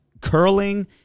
curling